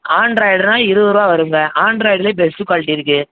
ஆண்ட்ராய்டுனால் இருபது ரூபா வருங்க ஆண்ட்ராய்டுலேயே பெஸ்ட்டு குவாலிட்டி இருக்குது